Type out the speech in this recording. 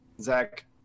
Zach